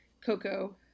cocoa